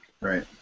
Right